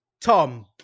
Tom